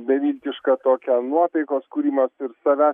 beviltišką tokią nuotaikos kūrimas ir save